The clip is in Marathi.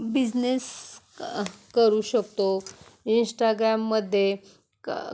बिझनेस क करू शकतो इंस्टाग्राममध्ये क